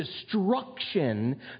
destruction